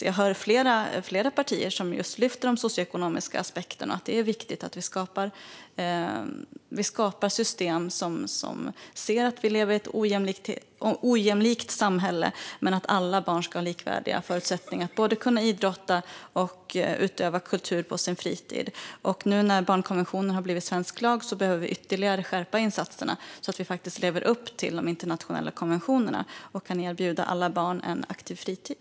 Jag hör också flera partier lyfta de socioekonomiska aspekterna och att det är viktigt att vi skapar system som ser att vi lever i ett ojämlikt samhälle men där alla barn ska ha likvärdiga förutsättningar att både idrotta och utöva kultur på sin fritid. Nu när barnkonventionen har blivit svensk lag behöver vi skärpa insatserna ytterligare, så att vi faktiskt lever upp till de internationella konventionerna och kan erbjuda alla barn en aktiv fritid.